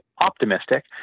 optimistic